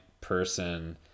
Person